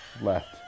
Left